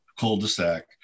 cul-de-sac